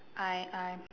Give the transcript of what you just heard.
I I